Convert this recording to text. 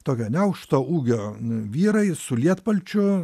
tokio neaukšto ūgio vyrai su lietpalčiu